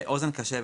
אוזן קשבת.